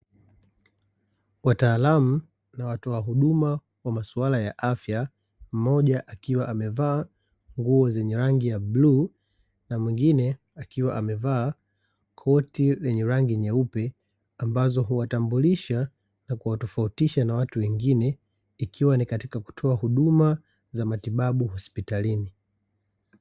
Wataalamu na watoa huduma kwa maswala ya afya, mmoja akiwa amevaa nguo zenye rangi ya bluu na mwingine akiwa amevaa koti lenye rangi nyeupe, ambazo huwatambulisha na kuwatofautisha na watu wengine, ikiwa ni katika kutoa huduma za matibabu hospitalini.